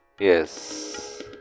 yes